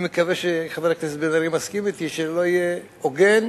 אני מקווה שחבר הכנסת בן-ארי מסכים אתי שלא יהיה הוגן,